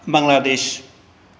Bangladesh